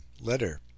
letter